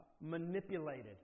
manipulated